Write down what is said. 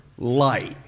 Light